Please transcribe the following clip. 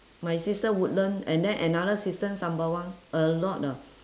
my sister woodland and then another sister sembawang a lot ah